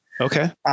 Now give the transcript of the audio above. Okay